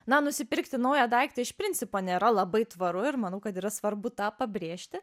na nusipirkti naują daiktą iš principo nėra labai tvaru ir manau kad yra svarbu tą pabrėžti